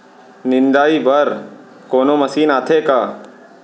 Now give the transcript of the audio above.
निंदाई बर कोनो मशीन आथे का?